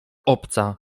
obca